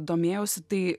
domėjausi tai